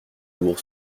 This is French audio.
lourd